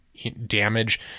damage